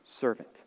servant